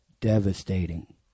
devastating